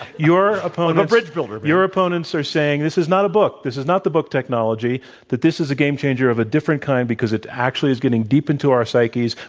your opponents i'm a bridge-builder your opponents are saying, this is not a book. this is not the book technology that this is game-changer of a different kind because it actually is getting deep into our psyches,